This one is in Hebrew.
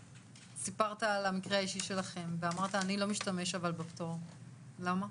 סיפרת על המקרה האישי שלכם ואמרת אני לא משתמש בפטור - למה?